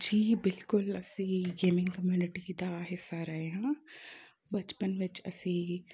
ਜੀ ਬਿਲਕੁਲ ਅਸੀਂ ਗੇਮਿੰਗ ਕਮਿਊਨਿਟੀ ਦਾ ਹਿੱਸਾ ਰਹੇ ਹਾਂ ਬਚਪਨ ਵਿੱਚ ਅਸੀਂ